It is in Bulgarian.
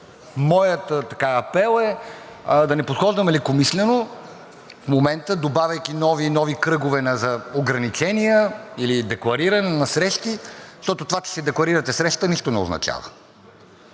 Моят апел е да не подхождаме лекомислено в момента, добавяйки нови и нови кръгове на ограничения или деклариране на срещи, защото това, че си декларирате среща, нищо не означава,